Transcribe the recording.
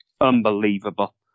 unbelievable